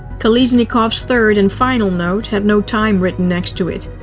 kolesnikov's third and final note had no time written next to it.